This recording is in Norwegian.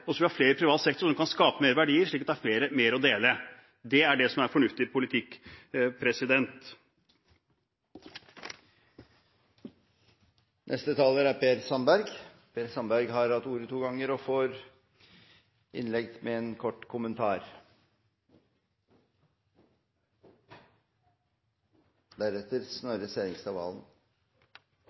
og så vil vi ha flere i privat sektor, som kan skape mer verdier, slik at det er mer å dele. Det er det som er fornuftig politikk. Representanten Per Sandberg har hatt ordet to ganger og får ordet til en kort merknad, begrenset til 1 minutt. Bare en kort kommentar, for